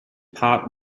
part